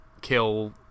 kill